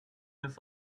this